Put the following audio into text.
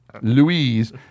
Louise